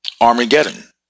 Armageddon